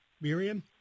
Miriam